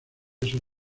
esos